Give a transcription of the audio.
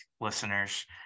listeners